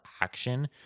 action